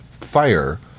Fire